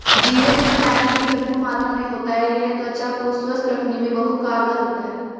जीरे में vitamin E भरपूर मात्रा में होता है यह त्वचा को स्वस्थ रखने में बहुत कारगर होता है